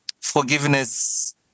forgiveness